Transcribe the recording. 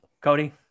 Cody